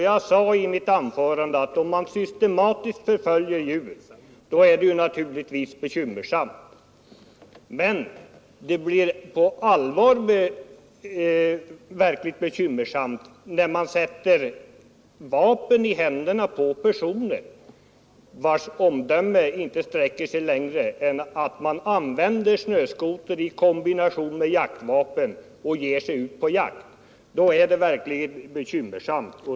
Jag sade i mitt anförande att det är bekymmersamt att det finns människor som systematiskt förföljer djur från snöskoter. Men det blir verkligt bekymmersamt när man sätter vapen i händerna på personer, vilkas omdöme inte sträcker sig längre än att de använder snöskotern till att ge sig ut på jakt.